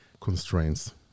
constraints